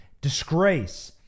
disgrace